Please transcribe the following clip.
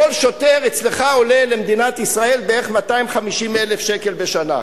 כל שוטר אצלך עולה למדינת ישראל בערך 250,000 שקלים בשנה.